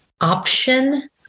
option